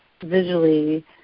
visually